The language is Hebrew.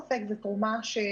ללא ספק זו תרומה חזקה